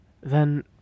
Then